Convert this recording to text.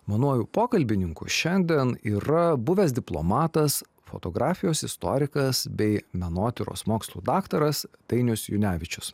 manuoju pokalbininku šiandien yra buvęs diplomatas fotografijos istorikas bei menotyros mokslų daktaras dainius junevičius